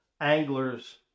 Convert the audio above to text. anglers